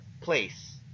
place